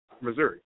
Missouri